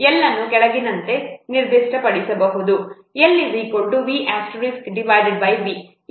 L ಅನ್ನು ಈ ಕೆಳಗಿನಂತೆ ನಿರ್ದಿಷ್ಟಪಡಿಸಬಹುದು L V V